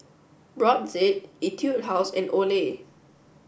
Brotzeit Etude House and Olay